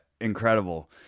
incredible